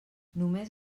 només